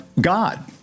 God